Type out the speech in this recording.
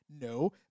No